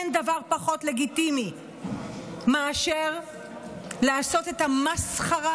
אין דבר פחות לגיטימי מאשר לעשות את המסחרה